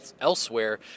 elsewhere